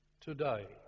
today